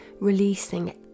releasing